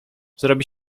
zrobi